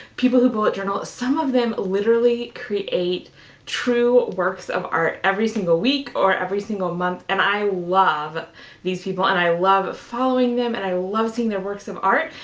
people who bullet journal. some of them literally create true works of art every single week or every single month, and i love these people, and i love following them, and i love seeing their works of art,